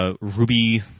Ruby